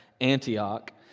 Antioch